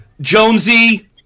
Jonesy